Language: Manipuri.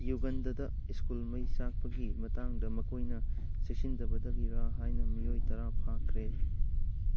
ꯌꯨꯒꯟꯗꯥꯗ ꯁ꯭ꯀꯨꯜ ꯃꯩ ꯆꯥꯛꯄꯒꯤ ꯃꯇꯥꯡꯗ ꯃꯈꯣꯏꯅ ꯆꯦꯛꯁꯤꯟꯗꯕꯗꯒꯤꯔ ꯍꯥꯏꯅ ꯃꯤꯑꯣꯏ ꯇꯔꯥ ꯐꯥꯈ꯭ꯔꯦ